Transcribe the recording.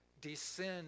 descend